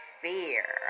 fear